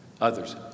Others